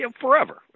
forever